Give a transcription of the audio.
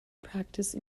practice